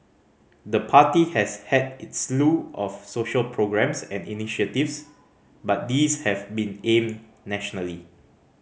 the party has had its slew of social programmes and initiatives but these have been aimed nationally